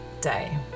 day